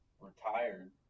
retired